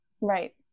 right